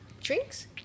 drinks